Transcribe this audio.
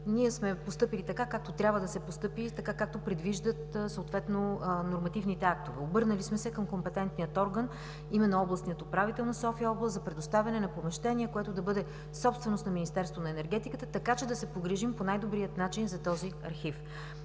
Ние сме постъпили както трябва да се постъпи, както предвиждат нормативните актове. Обърнали сме се към компетентния орган – областния управител на София област, за предоставяне на помещение, което да бъде собственост на Министерството на енергетиката, така че да се погрижим за този архив